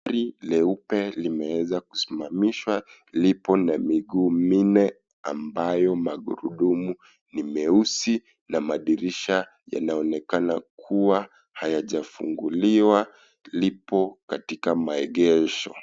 Gari leupe limeweza kusimamishwa lipo na miguu mine ambayo magurudumu, ni meusi na madirisha yanaonekana kuwa hayajafunguliwa, lipo katika maegesho.